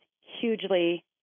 hugely